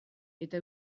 eta